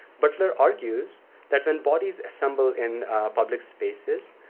butler argues that when bodies assemble in public spaces,